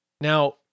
Now